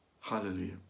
Hallelujah